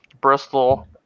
Bristol